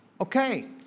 Okay